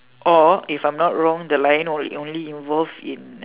or if I'm not wrong the lion all will only involve in